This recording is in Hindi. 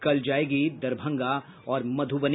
कल जायेगी दरभंगा और मधुबनी